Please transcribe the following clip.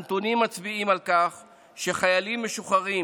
הנתונים מצביעים על כך שחיילים משוחררים